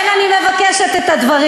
אז לכן אני מבקשת את הדברים.